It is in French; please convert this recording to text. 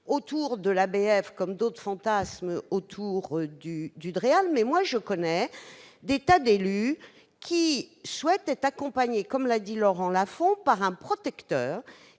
autour de l'ABF comme d'autres fantasment autour du DREAL. Moi, je connais des tas d'élus qui souhaitent être accompagnés, comme l'a dit Laurent Lafon, par un protecteur,